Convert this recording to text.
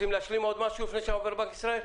רוצים להשלים עוד משהו לפני שאני עובר לבנק ישראל?